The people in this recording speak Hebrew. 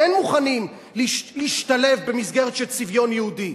כן מוכנים להשתלב במסגרת של צביון יהודי,